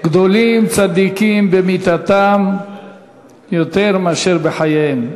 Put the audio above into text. גדולים צדיקים במיתתם יותר מאשר בחייהם.